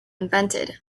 invented